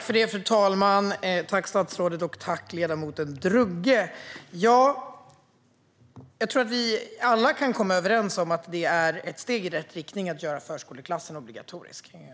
Fru talman! Tack, statsrådet och ledamoten Drougge! Jag tror att vi alla kan vara överens om att det är ett steg i rätt riktning att göra förskoleklassen obligatorisk.